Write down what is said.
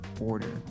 order